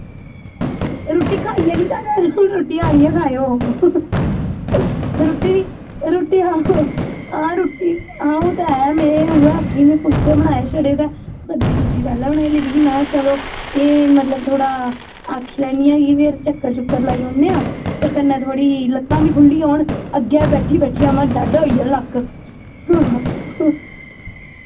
रुट्टी खाइयै नी जाना रुट्टी आह्नियै खायो रुट्टी रुट्टी हां रुट्टी हां ओह् ते ऐ मैं उऐ आक्खी मैं फुल्के बनाए छड़े तै सब्जी सुब्जी पैह्ले बनाई लेदी ही मैं चलो एह् मतलब थोह्ड़ा आक्खी लैन्नी आं के फिर चक्कर चुक्कर लाई औने आं ते कन्नै थोह्ड़ी लत्तां बी खुल्ली औन अग्गै बैठी बैठियै उ'आं डैड होई गे न लक्क